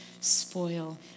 spoil